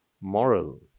moral